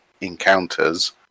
encounters